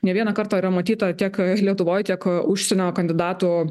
ne vieną kartą yra matyta tiek lietuvoj tiek užsienio kandidatų